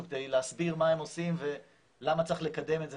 כדי להסביר מה הם עושים ולמה צריך לקדם את זה,